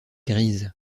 grise